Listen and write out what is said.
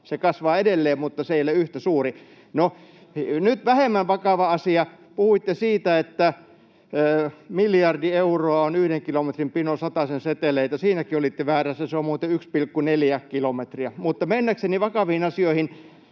se kasvaa edelleen, mutta se ei ole yhtä suuri. No, nyt vähemmän vakava asia. Puhuitte siitä, että miljardi euroa on yhden kilometrin pino satasen seteleitä. Siinäkin olitte väärässä: se on muuten 1,4 kilometriä. Mutta mennäkseni vakaviin asioihin: